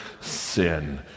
sin